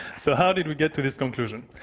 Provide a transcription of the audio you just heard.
so how did we get to this conclusion?